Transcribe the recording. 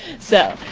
so,